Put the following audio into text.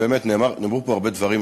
נאמרו פה הרבה דברים,